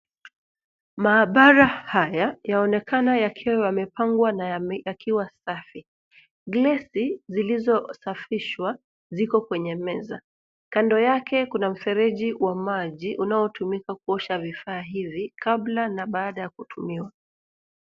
Maabara haya yaonekana yakiwa yamepangwa na yakiwa safi. Glesi zilizosafishwa ziko kwenye meza kando yake kuna mfereji wa maji unaotumika kuosha vifaa hivi kabla na baada ya kutumiwa.